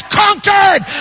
conquered